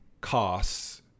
costs